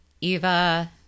Eva